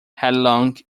headlong